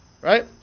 right